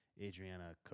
Adriana